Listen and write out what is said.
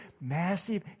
massive